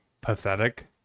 pathetic